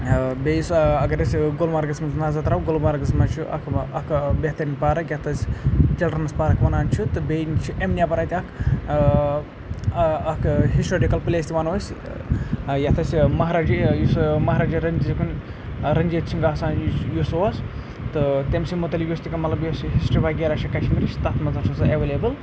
بیٚیہِ یُس اگر أسۍ گُلمرگَس منٛز نظر ترٛاوو گُلمرگَس منٛز چھُ اَکھ با اَکھ بہتریٖن پارک یَتھ أسۍ چِلرنڈٕس پارک وَنان چھِ تہٕ بیٚیہِ چھِ اَمہِ نٮ۪بر اَتہِ اَکھ اَکھ ہِسٹورِکَل پٕلیس وَنو أسۍ یَتھ أسۍ مہاراجِہ یُس مہاراجہ رٔنجیت سِنگُن رٔنجیت سِنٛگھ آسان یُس اوس تہٕ تٔمۍ سٕنٛد متعلق یُس تہِ کانٛہہ مطلب یُس یہِ ہِسٹرٛی وغیرہ چھِ کَشمیٖرٕچ تَتھ منٛز ہَہ چھَ سۄ اٮ۪ویلیبٕل